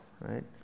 right